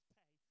pay